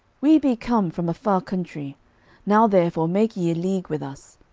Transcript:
we be come from a far country now therefore make ye a league with us.